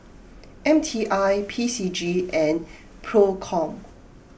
M T I P C G and Procom